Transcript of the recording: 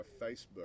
Facebook